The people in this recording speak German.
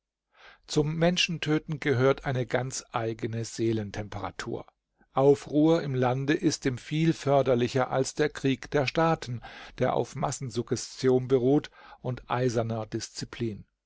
zum menschentöten gehört eine ganz eigene seelentemperatur aufruhr im lande ist dem viel förderlicher als der krieg der staaten der auf massensuggestion beruht und eiserner disziplin